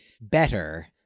better